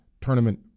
tournament